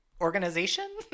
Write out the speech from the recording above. Organization